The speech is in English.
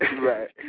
Right